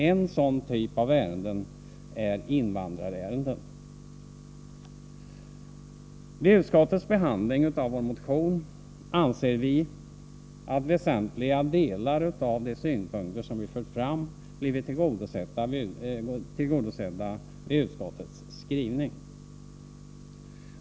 En sådan typ av ärenden är invandrarärendena. Vi anser att väsentliga delar av de synpunkter vi fört fram i vår motion blivit tillgodosedda vid utskottsbehandlingen och i utskottets skrivning.